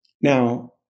Now